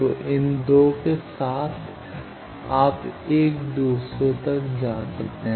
तो इन 2 के साथ आप 1 से दूसरों तक जा सकते हैं